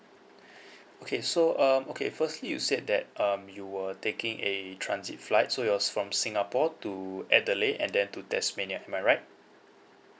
okay so um okay firstly you said that um you were taking a transit flight so it was from singapore to adelaide and then to tasmania am I right